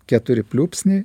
keturi pliūpsniai